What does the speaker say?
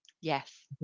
Yes